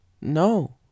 No